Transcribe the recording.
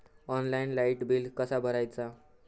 Online light bill कसा भरायचा?